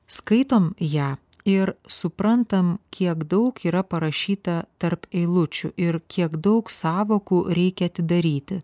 skaitom ją ir suprantam kiek daug yra parašyta tarp eilučių ir kiek daug sąvokų reikia atidaryti